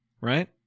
Right